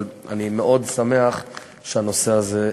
אבל אני מאוד שמח שהנושא הזה,